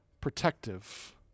protective